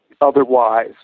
otherwise